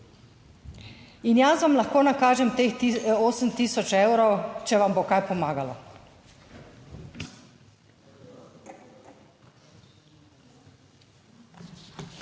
in jaz vam lahko nakažem teh 8 tisoč evrov, če vam bo kaj pomagalo.